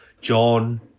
John